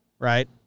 Right